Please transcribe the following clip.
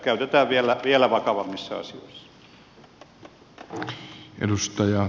sitä käytetään vielä vakavammissa asioissa